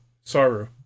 Saru